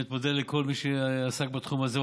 אני באמת מודה לכל מי שעסק בתחום הזה.